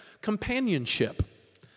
companionship